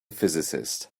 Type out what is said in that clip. physicist